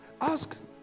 Ask